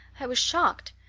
i was shocked.